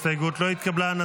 ההסתייגות לא התקבלה.